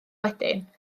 wedyn